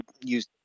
use